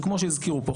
כמו שהזכירו פה,